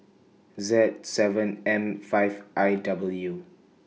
Z seven M five I W